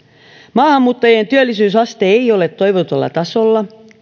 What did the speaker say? maahanmuuttajien työllisyysaste ei ole toivotulla tasolla